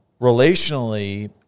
relationally